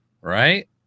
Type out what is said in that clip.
right